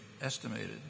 estimated